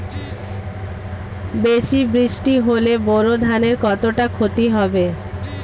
বেশি বৃষ্টি হলে বোরো ধানের কতটা খতি হবে?